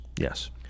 yes